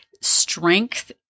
strength